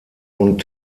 und